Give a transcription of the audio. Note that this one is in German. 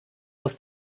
aus